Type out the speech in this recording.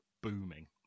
booming